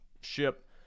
ship